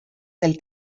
del